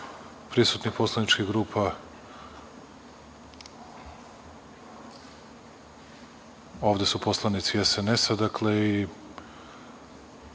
prisutnih poslaničkih grupa, ovde su poslanici SNS-a. Dakle, i